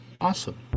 Awesome